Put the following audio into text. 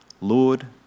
Lord